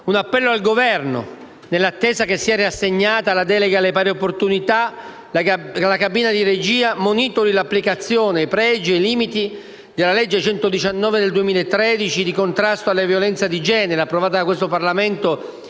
un appello al Governo, nell'attesa che sia riassegnata la delega alle pari opportunità: la cabina di regia monitori l'applicazione, i pregi e i limiti della legge n. 119 del 2013 di contrasto alla violenza di genere, approvata da questo Parlamento